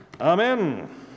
Amen